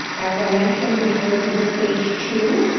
as i mentioned, we moved into stage two,